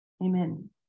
amen